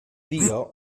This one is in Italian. dio